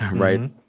right?